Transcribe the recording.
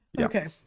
Okay